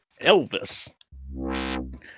Elvis